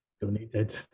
donated